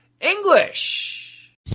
English